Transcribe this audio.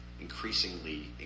increasingly